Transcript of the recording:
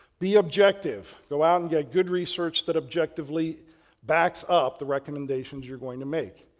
be objective. go out and get good research that objectively backs up the recommendations you're going to make.